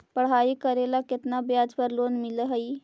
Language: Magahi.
पढाई करेला केतना ब्याज पर लोन मिल हइ?